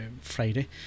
Friday